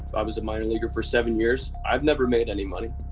i was a minor leaguer for seven years. i've never made any money.